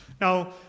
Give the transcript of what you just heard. Now